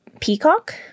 Peacock